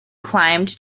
climbed